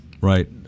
Right